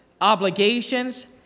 obligations